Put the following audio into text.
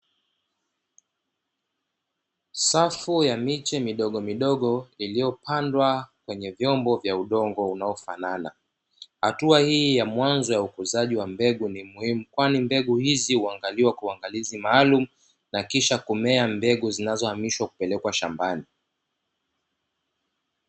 Safu ya miche midogomidogo iliyopandwa kwenye vyombo vya udongo unaofanana. Hatua hii ya mwanzo ya ukuzaji wa mbegu ni muhimu, kwani mbegu hizi huangaliwa kwa uangalizi maalumu na kisha kumea mbegu zinazohamishwa kupelekwa shambani.